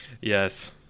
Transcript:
Yes